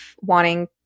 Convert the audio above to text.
wanting